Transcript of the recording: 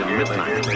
midnight